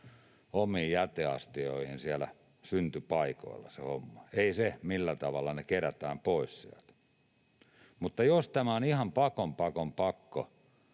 omiin jäteastioihin se homma, ei se, millä tavalla se kerätään pois sieltä. Jos tämä on ihan pakon pakon pakko